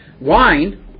wine